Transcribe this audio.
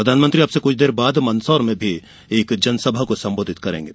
प्रधानमंत्री अब से थोड़ी देर बाद मंदसौर में भी एक जनसभा को संबोधित करेंगे